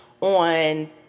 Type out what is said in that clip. on